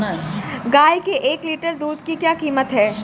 गाय के एक लीटर दूध की क्या कीमत है?